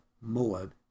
Moab